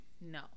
No